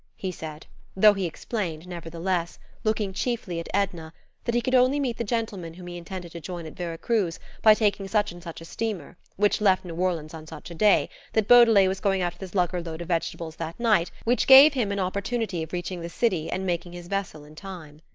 he said though he explained, nevertheless looking chiefly at edna that he could only meet the gentleman whom he intended to join at vera cruz by taking such and such a steamer, which left new orleans on such a day that beaudelet was going out with his lugger-load of vegetables that night, which gave him an opportunity of reaching the city and making his vessel in time.